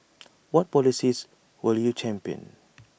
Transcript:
what policies will you champion